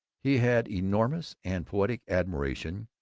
he had enormous and poetic admiration,